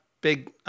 big